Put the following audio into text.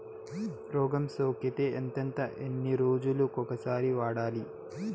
రోగం సోకితే ఎంతెంత ఎన్ని రోజులు కొక సారి వాడాలి?